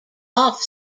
off